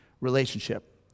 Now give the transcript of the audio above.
relationship